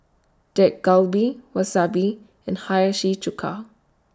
Dak Galbi Wasabi and Hiyashi Chuka